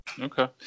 okay